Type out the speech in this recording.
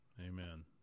Amen